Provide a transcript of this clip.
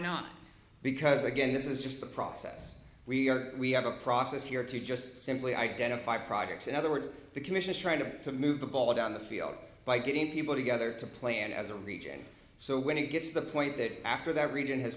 not because again this is just the process we are we have a process here to just simply identify products in other words the commission is trying to to move the ball down the field by getting people together to plan as a region so when it gets the point that after that region has